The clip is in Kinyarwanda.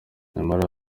nyamara